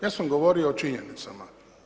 Ja sam govorio o činjenicama.